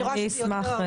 אני אשמח.